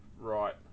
right